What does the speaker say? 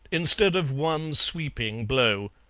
instead of one sweeping blow.